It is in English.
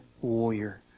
warrior